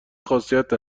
خاصیت